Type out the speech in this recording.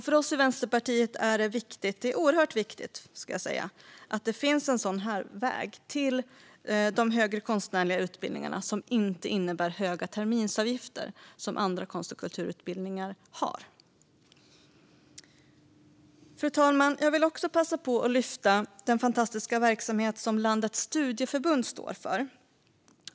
För oss i Vänsterpartiet är det oerhört viktigt att det finns en sådan väg till högre konstnärliga utbildningar som inte innebär höga terminsavgifter, som andra konst och kulturutbildningar har. Fru talman! Jag vill också passa på att lyfta den fantastiska verksamhet som landets studieförbund står för.